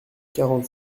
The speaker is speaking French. quarante